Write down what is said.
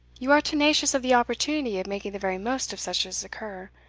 you are tenacious of the opportunity of making the very most of such as occur.